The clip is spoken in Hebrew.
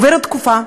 עוברת תקופה,